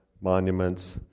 monuments